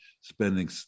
spending